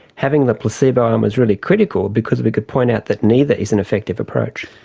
having the placebo arm was really critical because we could point out that neither is an effective approach.